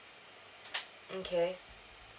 okay